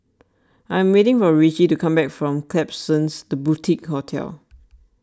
I am waiting for Ritchie to come back from Klapsons the Boutique Hotel